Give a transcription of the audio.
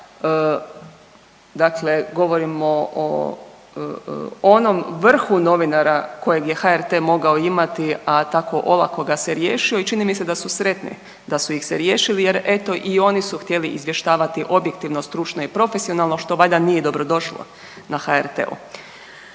dakle govorimo o onom vrhu novinara kojeg je HRT mogao imati, a tako olako ga se riješio i čini mi se da su sretni da su ih se riješili jer eto i oni su htjeli izvještavati objektivno, stručno i profesionalno što valjda nije dobrodošlo na HRT-u.